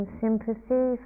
sympathy